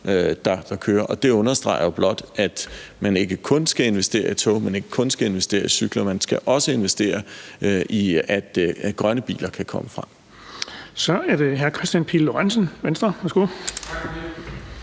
der kører. Det understreger jo blot, at man ikke kun skal investere i tog, ikke kun skal investere i cykler; man skal også investere i, at grønne biler kan komme frem. Kl. 19:45 Den fg. formand (Erling